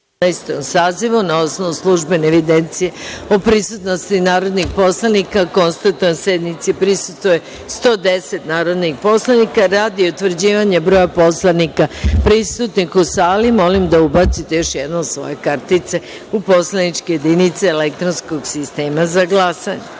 Jedanaestom sazivu. Na osnovu službene evidencije o prisutnosti narodnih poslanika, konstatujem da sednici prisustvuje 110 narodnih poslanika. Radi utvrđivanja broja narodnih poslanika prisutnih u sali, molim da ubacite još jednom svoje identifikacione kartice u poslaničke jedinice elektronskog sistema za